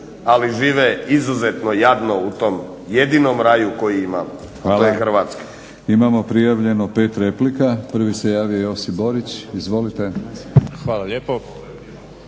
ali žive izuzetno jadno u tom jedinom raju koji imamo, a to je Hrvatska.